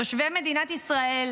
תושבי מדינת ישראל,